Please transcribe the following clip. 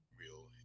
real